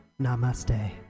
Namaste